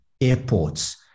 airports